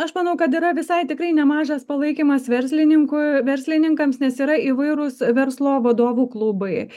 aš manau kad yra visai tikrai nemažas palaikymas verslininkų verslininkams nes yra įvairūs verslo vadovų klubai